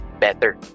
better